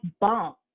bomb